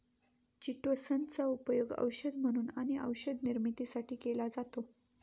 chitosan चा उपयोग औषध म्हणून आणि औषध निर्मितीसाठी केला जातो